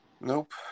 Nope